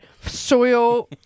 soil